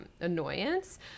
annoyance